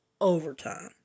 Overtime